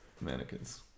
mannequins